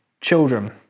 Children